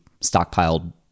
stockpiled